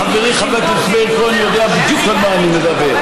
וחברי חבר הכנסת מאיר כהן יודע בדיוק על מה אני מדבר: